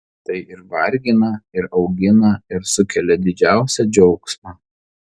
tai ir vargina ir augina ir sukelia didžiausią džiaugsmą